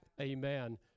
amen